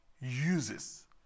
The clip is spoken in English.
uses